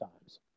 times